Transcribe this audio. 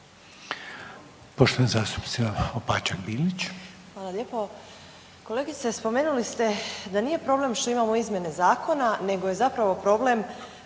Bilić, Marina (Nezavisni)** Hvala lijepo. Kolegice, spomenuli ste da nije problem što imamo izmjene Zakona, nego je zapravo problem